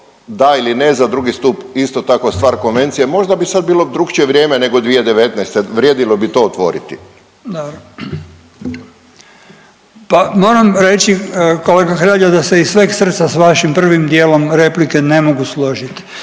da ili ne, za drugi stup, isto tako, stvar konvencije, možda bi sad bilo drukčije vrijeme nego 2019., vrijedilo bi to otvoriti. **Bakić, Damir (Možemo!)** Da. Pa moram reći, kolega Hrelja, da se iz sveg srca s vašim prvim dijelom replike ne mogu složiti.